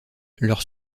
leurs